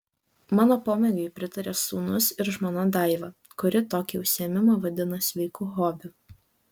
mano pomėgiui pritaria sūnus ir žmona daiva kuri tokį užsiėmimą vadina sveiku hobiu